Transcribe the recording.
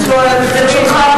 אצלו זה היה אמיתי בפנים.